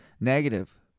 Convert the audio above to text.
Negative